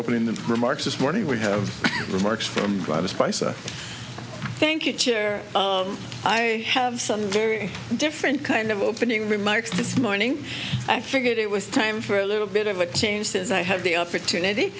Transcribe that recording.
opening the remarks this morning we have remarks from dr spicer thank you chair i have some very different kind of opening remarks this morning i figured it was time for a little bit of a change since i have the opportunity